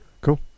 Cool